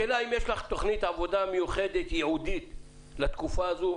השאלה היא אם יש לך תוכנית עבודה מיוחדת וייעודית לתקופה הזו,